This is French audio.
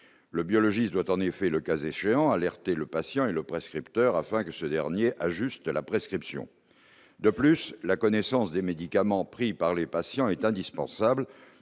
le biologiste doit, en effet, le cas échéant alerter le patient et le prescripteur afin que ce dernier a juste de la prescription de plus, la connaissance des médicaments pris par les patients est indispensable